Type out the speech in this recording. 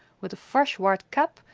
with a fresh white cap,